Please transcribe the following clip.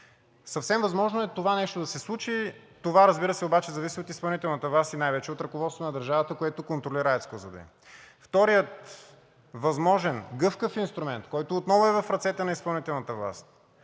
Съвсем възможно е това нещо да се случи и разбира се, това зависи от изпълнителната власт и най вече от ръководството на държавата, което контролира АЕЦ „Козлодуй“. Вторият възможен гъвкав инструмент, който отново е в ръцете на изпълнителната власт,